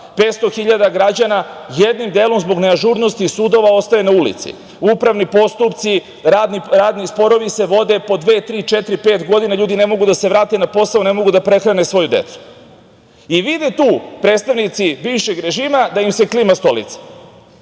hiljada građana jednim delom, zbog neažurnosti sudova ostaje na ulici, upravni postupci, radni sporovi se vode po dve, tri, četiri, pet godina, ljudi ne mogu da se vrate na posao, ne mogu da prehrane svoju decu. Vide tu predstavnici bivšeg režima da im se klima stolica